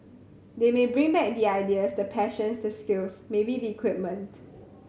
they may bring back the ideas the passions the skills maybe the equipment